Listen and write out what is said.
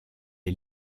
est